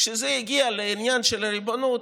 כשזה הגיע לעניין של ריבונות,